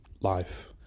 life